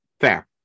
Fair